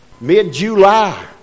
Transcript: mid-July